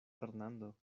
fernando